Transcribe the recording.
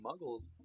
muggles